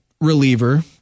reliever